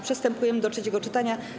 Przystępujemy do trzeciego czytania.